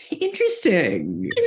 interesting